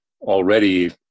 already